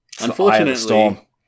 Unfortunately